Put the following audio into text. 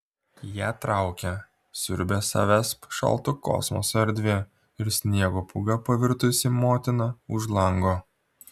ją traukia siurbia savęsp šalto kosmoso erdvė ir sniego pūga pavirtusi motina už lango